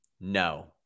No